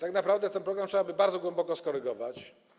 Tak naprawdę ten program trzeba by bardzo głęboko skorygować.